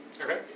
Okay